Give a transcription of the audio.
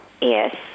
Yes